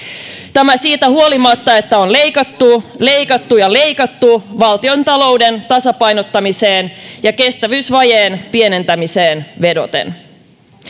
tämä siitä huolimatta että on leikattu leikattu ja leikattu valtiontalouden tasapainottamiseen ja kestävyysvajeen pienentämiseen vedoten